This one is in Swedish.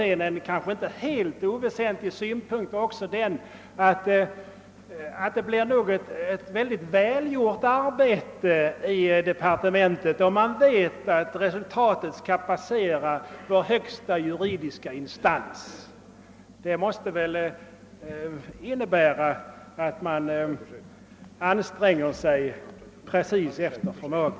En inte helt oväsentlig synpunkt är också att arbetet i departementet nog blir mer välgjort om man vet att resultatet skall passera vår högsta juridiska instans — det måste bidra till att man verkligen anstränger sig efter förmåga.